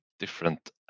different